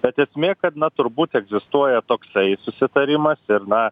tad esmė kad na turbūt egzistuoja toksai susitarimas ir na